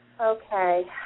Okay